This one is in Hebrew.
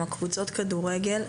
קבוצות הכדורגל,